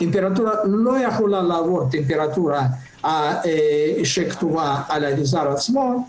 הטמפרטורה לא יכולה לעבור את הטמפרטורה שכתובה על המוצר עצמו.